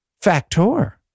Factor